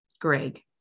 Greg